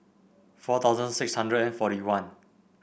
four thousand six hundred and forty one